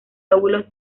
lóbulos